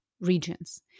regions